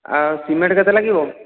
ଆଉ ସିମେଣ୍ଟ୍ କେତେ ଲାଗିବ